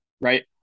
right